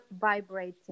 vibrating